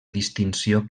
distinció